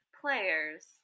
players